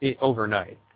overnight